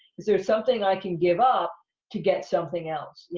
is there something i can give up to get something else, you